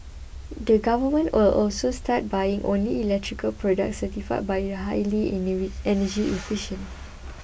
the government will also start buying only electrical products certified by highly energy efficient